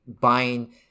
buying